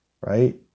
right